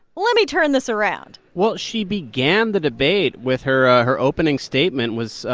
let me turn this around well, she began the debate with her her opening statement was,